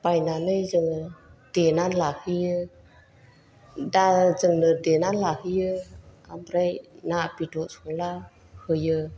बायनानै जोङो देनानै लाफैयो दा जोङो देनानै लाफैयो आमफ्राय ना बेदर संब्ला होयो